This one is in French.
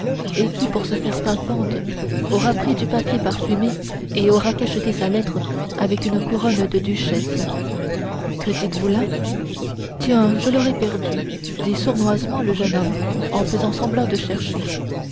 et qui pour se faire pimpante aura pris du papier parfumé et aura cacheté sa lettre avec une couronne de duchesse que dites-vous là tiens je l'aurai perdue dit sournoisement le jeune homme en faisant semblant de chercher